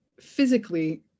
physically